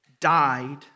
died